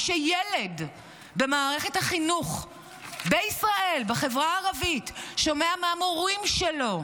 כשילד במערכת החינוך בישראל בחברה הערבית שומע מהמורים שלו,